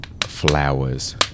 flowers